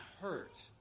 hurt